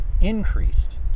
increased